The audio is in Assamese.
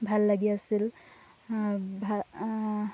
ভাল লাগি আছিল ভা